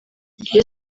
iyo